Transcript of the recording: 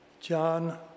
John